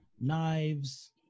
knives